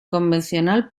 convencional